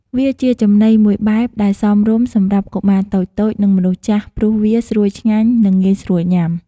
វាជាចំណីមួយបែបដែលសមរម្យសម្រាប់កុមារតូចៗ និងមនុស្សចាស់ ព្រោះវាស្រួយឆ្ងាញ់ និងងាយស្រួលញុំា។